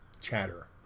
Chatter